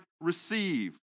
receive